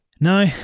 No